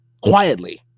quietly